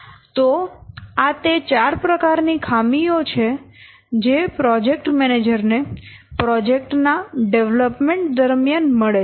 તો આ તે ચાર પ્રકાર ની ખામીઓ છે જે પ્રોજેક્ટ મેનેજર ને પ્રોજેક્ટ ના ડેવલપમેન્ટ દરમિયાન મળે છે